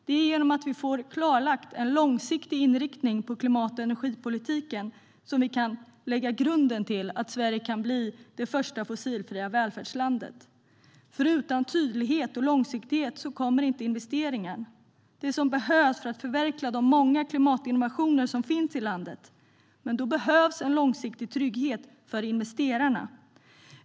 Det är genom att vi får klarlagt en långsiktig inriktning på klimat och energipolitiken som vi kan lägga grunden till att Sverige kan bli det första fossilfria välfärdslandet. Utan tydlighet och långsiktighet kommer inte investeringen. Det är vad som behövs för att förverkliga de många klimatinnovationer som finns i landet. Då behövs en långsiktig trygghet för investerarna.